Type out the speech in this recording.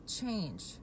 change